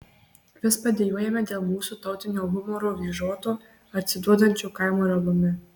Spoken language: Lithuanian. vis padejuojame dėl mūsų tautinio humoro vyžoto atsiduodančio kaimu ir alumi